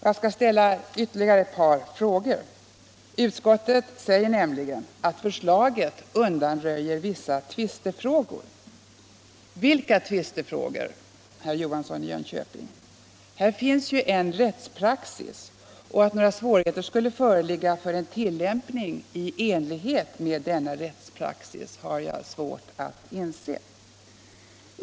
Jag skall ställa ytterligare ett par frågor. Utskottet säger att förslaget undanröjer vissa tvistefrågor. Vilka tvistefrågor, herr Johansson i Jönköping? Här finns ju en rättspraxis, och att några svårigheter skulle föreligga för en tillämpning i enlighet med denna rättspraxis har jag svårt att inse.